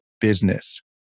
Business